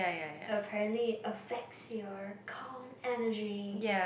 apparently affects your core energy